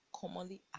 commonly